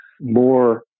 more